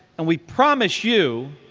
and we promise you,